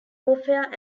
warfare